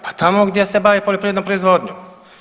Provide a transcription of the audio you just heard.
Pa tamo gdje se bave poljoprivrednom proizvodnjom.